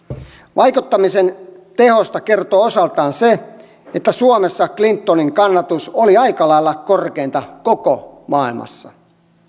vaikuttamisen tehosta kertoo osaltaan se että suomessa clintonin kannatus oli aika lailla korkeinta koko maailmassa